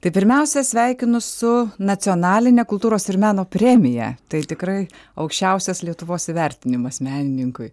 tai pirmiausia sveikinu su nacionaline kultūros ir meno premija tai tikrai aukščiausias lietuvos įvertinimas menininkui